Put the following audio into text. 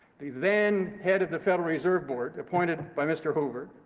the then head of the federal reserve board, appointed by mr. hoover,